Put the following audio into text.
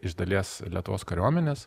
iš dalies lietuvos kariuomenės